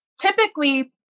typically